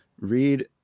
read